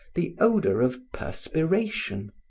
the odor of perspiration,